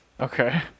okay